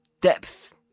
depth